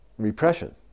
Repression